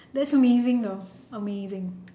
that's amazing though amazing